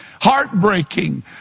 heartbreaking